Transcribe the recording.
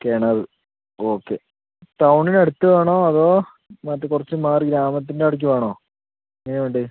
കിണറ് ഓക്കെ ടൗണിന് അടുത്ത് വേണോ അതോ മറ്റെ കുറച്ച് മാറി ഗ്രാമത്തിൻ്റ അവിടേക്ക് വേണോ ഏതാ വേണ്ടെ